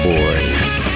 Boys